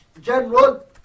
general